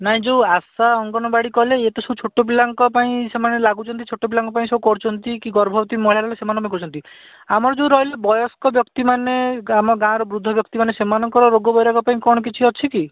ନାଇଁ ଯୋଉ ଆସା ଅଙ୍ଗନ୍ବାଡ଼ି କଲେ ଇଏ ତ ସବୁ ଛୋଟ ପିଲାଙ୍କପାଇଁ ସେମାନେ ଲାଗୁଛନ୍ତି ଛୋଟ ପିଲାଙ୍କ ପାଇଁ ସବୁ କରୁଛନ୍ତି କି ଗର୍ଭବତୀ ମହିଳା ହେଲେ ସେମାନେ ମଗଉଛନ୍ତି ଆମର ଯୋଉ ରହିଲୁ ବୟସ୍କ ବ୍ୟକ୍ତିମାନେ ଆମ ଗାଁ'ର ବୃଦ୍ଧ ବ୍ୟକ୍ତିମାନେ ସେମାନଙ୍କର ରୋଗ ବୈରାଗ୍ୟ ପାଇଁ କ'ଣ କିଛି ଅଛି କି